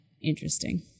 interesting